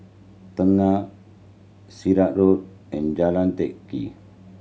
Tengah Sirat Road and Jalan Teck Kee